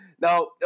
Now